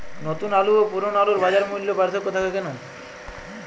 নতুন আলু ও পুরনো আলুর বাজার মূল্যে পার্থক্য থাকে কেন?